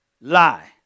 lie